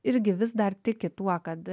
irgi vis dar tiki tuo kad